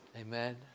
Amen